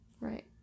Right